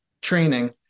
training